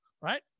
right